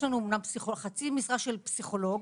אמנם יש לנו חצי משרה של פסיכולוג,